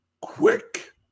quick